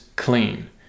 clean